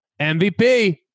MVP